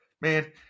Man